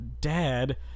Dad